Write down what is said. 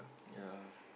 yea